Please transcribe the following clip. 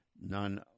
None